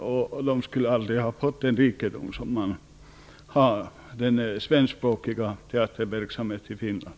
Man skulle aldrig ha fått den rikedom som man har inom den svenskspråkiga teaterverksamheten i Finland.